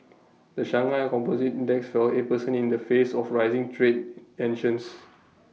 the Shanghai composite index fell eight percent in the face of rising trade tensions